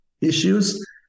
issues